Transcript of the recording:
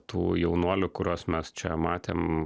tų jaunuolių kuriuos mes čia matėm